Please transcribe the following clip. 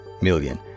million